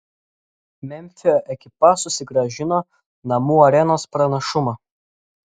memfio ekipa susigrąžino namų arenos pranašumą